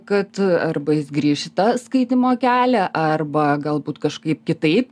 kad arba jis grįš į tą skaitymo kelią arba galbūt kažkaip kitaip